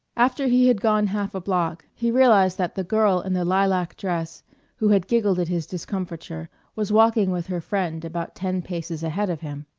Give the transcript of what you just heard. after he had gone half a block he realized that the girl in the lilac dress who had giggled at his discomfiture was walking with her friend about ten paces ahead of him.